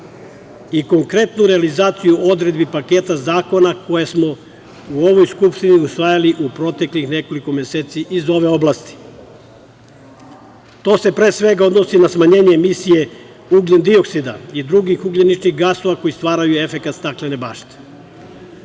i konkretnu realizaciju odredbi paketa zakona koje smo u ovoj Skupštini usvajali u proteklih nekoliko meseci iz ove oblasti. To se pre svega odnosi na smanjenje misije ugljen-dioksida i drugih ugljeničnih gasova koji stvaraju efekat staklene bašte.